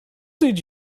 did